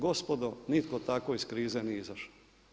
Gospodo, nitko tako iz krize nije izašao.